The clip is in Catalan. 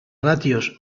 ràtios